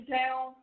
down